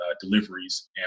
deliveries